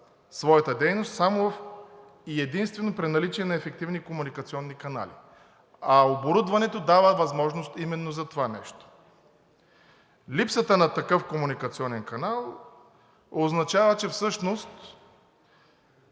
своята дейност само и единствено при наличие на ефективни комуникационни канали, а оборудването дава възможност именно за това нещо. Липсата на такъв комуникационен канал означава, че всъщност